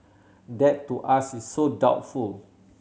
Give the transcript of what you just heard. that to us is so doubtful